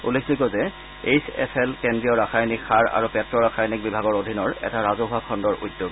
উল্লেখযোগ্য যে H F L কেন্দ্ৰীয় ৰাসায়নিক সাৰ আৰু পেট্ৰাসায়নিক বিভাগৰ অধীনৰ এটা ৰাজহুৱা খণ্ডৰ উদ্যোগ